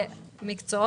לא רק זה,